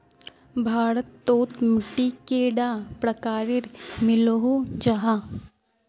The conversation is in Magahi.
भारत तोत मिट्टी कैडा प्रकारेर मिलोहो जाहा?